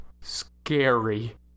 scary